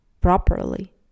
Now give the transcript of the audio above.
properly